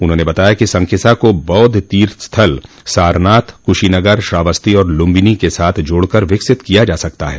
उन्होंने कहा कि संकिसा को बौद्ध तीर्थ स्थल सारनाथ कुशीनगर श्रावस्ती और लुम्बिनी के साथ जोड़कर विकसित किया जा सकता है